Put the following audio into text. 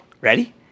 Ready